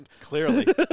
Clearly